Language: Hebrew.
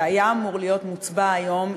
שהיה אמור להיות מוצבע היום,